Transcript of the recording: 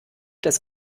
des